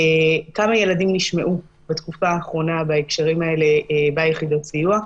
כמה ילדים נשמעו בתקופה האחרונה בהקשרים האלה ביחידות סיוע.